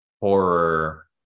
horror